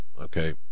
okay